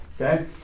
Okay